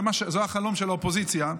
זה החלום של האופוזיציה,